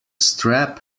strap